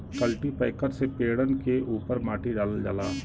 cultipacker से पेड़न के उपर माटी डालल जाला